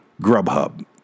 Grubhub